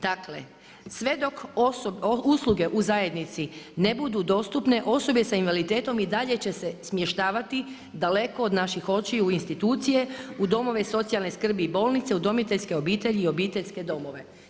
Dakle, sve dok usluge u zajednici ne budu dostupne osobe sa invaliditetom i dalje će se smještavati daleko od naših očiju u institucije, u domove socijalne skrbi i bolnice, udomiteljske obitelji i obiteljske domove.